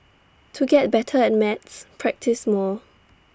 to get better at maths practise more